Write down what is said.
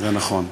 זה נכון,